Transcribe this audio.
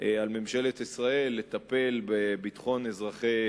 על ממשלת ישראל לטפל בביטחון אזרחי